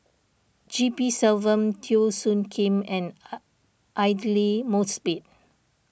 G P Selvam Teo Soon Kim and Aidli Mosbit